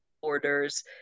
orders